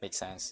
make sense